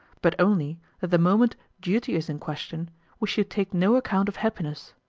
but only that the moment duty is in question we should take no account of happiness.